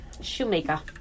shoemaker